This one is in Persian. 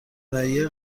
ناحیه